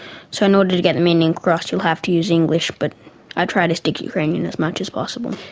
so in order to get meaning across you'll have to use english but i try to speak ukrainian as much as possible.